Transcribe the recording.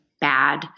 bad